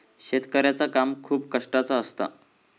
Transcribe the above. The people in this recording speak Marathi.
शेतकऱ्याचा काम खूप कष्टाचा असता